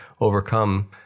overcome